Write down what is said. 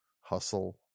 hustle